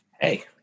Hey